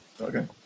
Okay